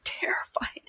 terrifying